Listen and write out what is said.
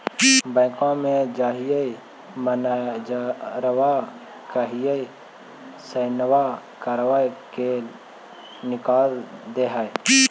बैंकवा मे जाहिऐ मैनेजरवा कहहिऐ सैनवो करवा के निकाल देहै?